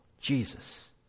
Jesus